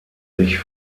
sich